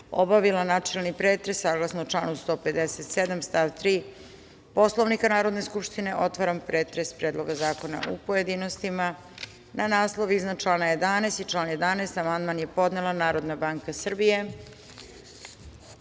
obavila načelni pretres, saglasno članu 157. stav3. Poslovnika Narodne skupštine, otvaram pretres predloga zakona u pojedinostima. Na naslov iznad član 11. i član 11. amandman je podnela Narodna banka Srbije. Na